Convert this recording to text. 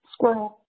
Squirrel